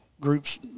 groups